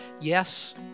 yes